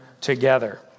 together